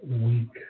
week